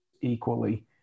equally